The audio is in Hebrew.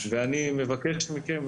ואני מבקש מכם,